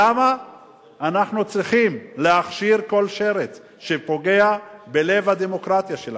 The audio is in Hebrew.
למה אנחנו צריכים להכשיר כל שרץ שפוגע בלב הדמוקרטיה שלנו,